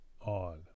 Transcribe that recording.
on